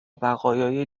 بقایای